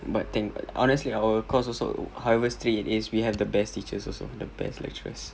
but thank honestly our course also however strain it is we have the best teachers also the best lecturers